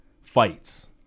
Fights